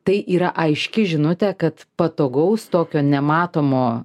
tai yra aiški žinutė kad patogaus tokio nematomo